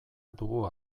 dugu